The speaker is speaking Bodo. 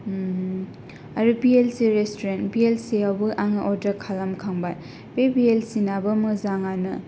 आरो V L C restaurant V L C रेसतुरेनटावबो आङो अर्दार खालामखांबाय बे भि एल सि नाबो मोजाङानो